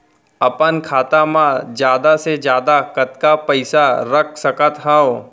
अपन खाता मा जादा से जादा कतका पइसा रख सकत हव?